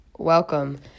Welcome